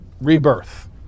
rebirth